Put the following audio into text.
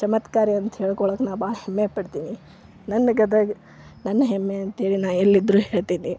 ಚಮತ್ಕಾರಿ ಅಂತ ಹೇಳ್ಕೊಳ್ಳೊಕೆ ನಾನು ಭಾಳ ಹೆಮ್ಮೆ ಪಡ್ತನಿ ನನ್ನ ಗದಗ ನನ್ನ ಹೆಮ್ಮೆ ಅಂತ್ಹೇಳಿ ನಾ ಎಲ್ಲಿದ್ದರೂ ಹೇಳ್ತೀನಿ